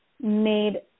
made